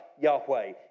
Yahweh